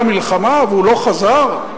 למלחמה והוא לא חזר?